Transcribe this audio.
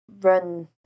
run